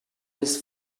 his